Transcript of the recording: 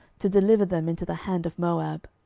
to deliver them into the hand of moab.